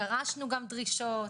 דרשנו גם דרישות,